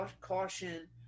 caution